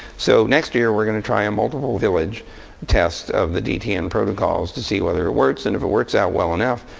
so next year, we're going to try a multiple village test of the dtn protocols to see whether works. and if it works out well enough,